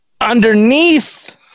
underneath